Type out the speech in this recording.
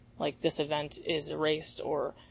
like, this event is erased or,